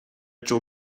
joe